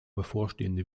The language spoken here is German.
bevorstehende